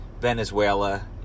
Venezuela